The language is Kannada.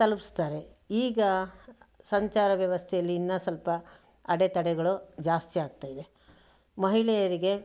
ತಲುಪಿಸ್ತಾರೆ ಈಗ ಸಂಚಾರ ವ್ಯವಸ್ಥೆಯಲ್ಲಿ ಇನ್ನು ಸ್ವಲ್ಪ ಅಡೆ ತಡೆಗಳು ಜಾಸ್ತಿ ಆಗ್ತಾಯಿವೆ ಮಹಿಳೆಯರಿಗೆ